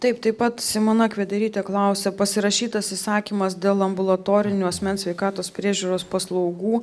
taip taip pat simona kvederytė klausia pasirašytas įsakymas dėl ambulatorinių asmens sveikatos priežiūros paslaugų